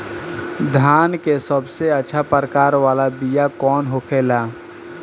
धान के सबसे अच्छा प्रकार वाला बीया कौन होखेला?